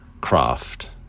craft